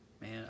Man